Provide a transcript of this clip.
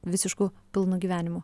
visišku pilnu gyvenimu